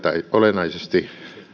olennaisesti